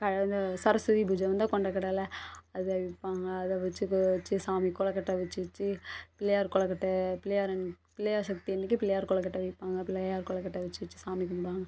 க அதாவது சரஸ்வதி பூஜை வந்தா கொண்டக்கடலை அதை வைப்பாங்க அதை வச்சு வச்சு சாமி கொலுக்கட்டை வச்சு வச்சு பிள்ளையார் கொலுக்கட்டை பிள்ளையார் பிள்ளையார் சதுர்த்தி அன்றைக்கி பிள்ளையார் கொலுக்கட்டை வைப்பாங்க பிள்ளையார் கொலுக்கட்டை வச்சு வச்சு சாமி கும்பிடுவாங்க